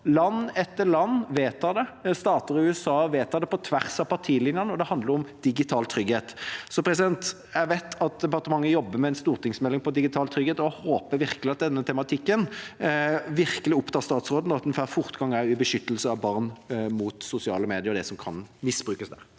Land etter land vedtar det. Stater i USA vedtar det på tvers av partilinjene. Det handler om digital trygghet. Jeg vet at departementet jobber med en stortingsmelding om digital trygghet, og jeg håper virkelig at denne tematikken opptar statsråden, og at en får fortgang i beskyttelse av barn mot sosiale medier og det som kan misbrukes der.